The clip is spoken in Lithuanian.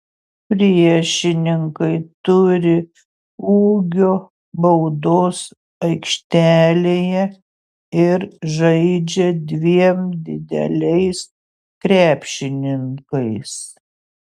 priešininkai turi ūgio baudos aikštelėje ir žaidžia dviem dideliais krepšininkais